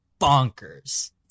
bonkers